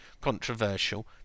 controversial